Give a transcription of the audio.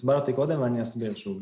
הסברתי קודם ואני אסביר שוב.